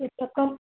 इ तो कम